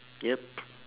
yup